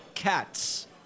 cats